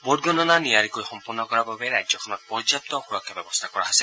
vote গণনা নিয়াৰিকৈ সম্পন্ন কৰাৰ বাবে ৰাজ্যখনত পৰ্যাপ্ত সুৰক্ষা ব্যৱস্থা কৰা হৈছে